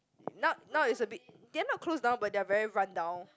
now now is a bit they are not close down but they are very run down